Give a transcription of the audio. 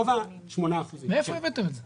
מאיפה הבאתם את זה?